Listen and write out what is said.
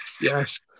Yes